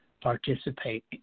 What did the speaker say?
participate